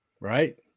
Right